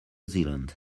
zealand